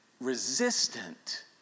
resistant